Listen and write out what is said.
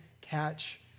catch